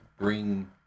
bring